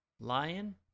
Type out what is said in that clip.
Lion